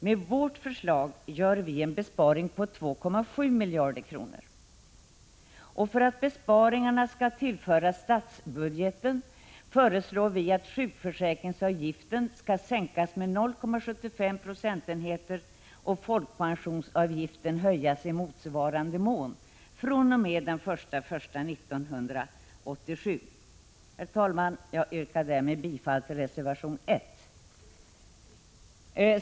Med vårt förslag gör vi en besparing på 2,7 miljarder kronor. För att besparingarna skall tillföras statsbudgeten föreslår vi att sjukförsäkringsavgiften skall sänkas med 0,75 procentenheter och folkpensionsavgiften höjas i motsvarande mån fr.o.m. den 1 januari 1987. Herr talman! Jag yrkar därmed bifall till reservation nr 1.